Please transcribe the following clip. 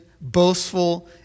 boastful